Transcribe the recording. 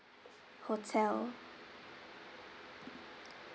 hotel